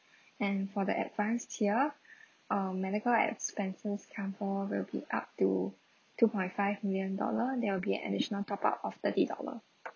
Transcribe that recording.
and for the advanced tier uh medical expenses cover will be up to two point five million dollar there will be an additional top up of thirty dollar